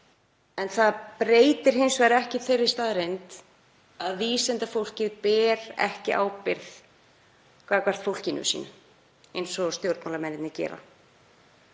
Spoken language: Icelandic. Það breytir hins vegar ekki þeirri staðreynd að vísindafólk ber ekki ábyrgð gagnvart fólkinu sínu eins og stjórnmálamenn gera.